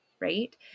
right